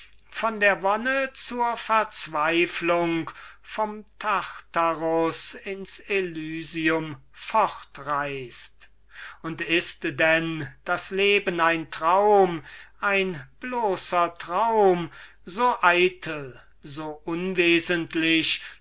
von der wonne zur verzweiflung vom tartarus ins elysium fortreißt und ist denn das leben ein traum ein bloßer traum so eitel so unwesentlich